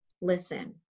listen